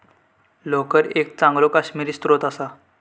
लोकर एक चांगलो काश्मिरी स्त्रोत असा